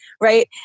right